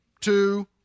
two